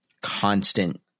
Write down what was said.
constant